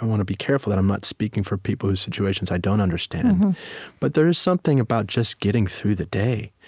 i want to be careful that i'm not speaking for people whose situations i don't understand but there's something about just getting through the day.